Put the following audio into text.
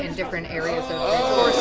and different areas. is